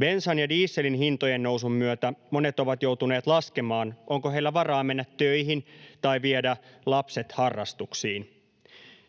Bensan ja dieselin hintojen nousun myötä monet ovat joutuneet laskemaan, onko heillä varaa mennä töihin tai viedä lapset harrastuksiin.